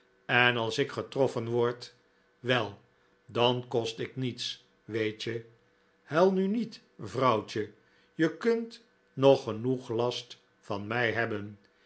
en als ik getroffen word wel dan kost ik niets weet je huil nu niet vrouwtje je kunt nog genoeg last van mij hebben